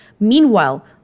Meanwhile